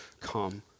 come